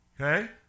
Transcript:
Okay